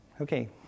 Okay